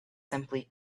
simply